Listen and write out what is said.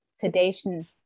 sedation